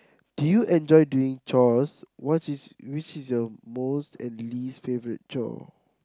do you enjoy doing chores what is which is your most and least favourite chore